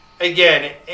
again